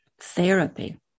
therapy